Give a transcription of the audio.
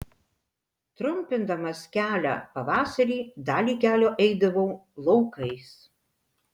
trumpindamas kelią pavasarį dalį kelio eidavau laukais